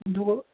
جی وہ